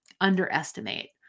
underestimate